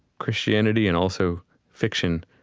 christianity and also fiction,